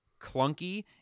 clunky